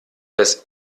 des